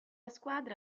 squadra